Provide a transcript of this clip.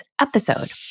episode